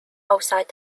outside